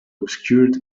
obscured